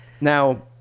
Now